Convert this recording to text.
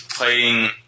playing